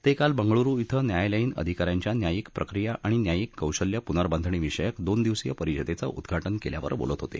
ते काल बंगळुरु इं न्यायालयीन अधिका यांच्या न्यायिक प्रक्रिया आणि न्यायिक कौशल्य पुनर्वांधणी विषयक दोन दिवसीय परिषदेचं उद्घाटन केल्यावर बोलत होते